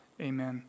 Amen